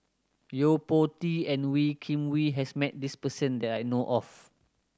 Yo Po Tee and Wee Kim Wee has met this person that I know of